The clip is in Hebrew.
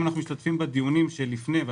אם השתתפנו בדיונים שנערכו לפני כן,